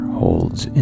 holds